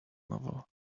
novel